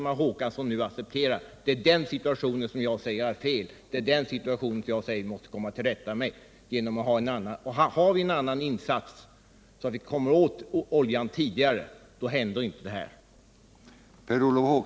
Herr Håkansson accepterar i realiteten den situationen medan jag säger, att den inte är godtagbar och att vi måste komma till rätta med den. Om vi har en annan insatsberedskap, så att vi kommer åt oljan tidigare, händer inte sådant som det som nu har inträffat.